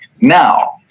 Now